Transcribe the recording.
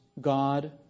God